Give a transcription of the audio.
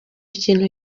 kintu